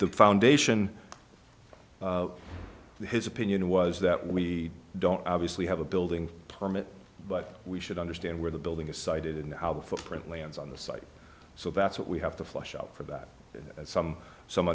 e foundation and his opinion was that we don't obviously have a building permit but we should understand where the building is cited and how the footprint lands on the site so that's what we have to flush out for that some some